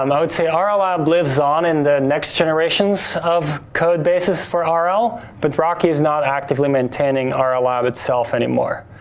um i would say ah rl lab lives on in the next generations of code bases for um rl, but rocky is not actively maintaining rl ah lab itself anymore,